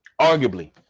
arguably